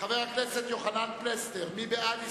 חבר הכנסת גדעון עזרא